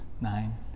nine